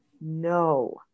No